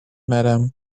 madam